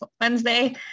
Wednesday